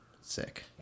Sick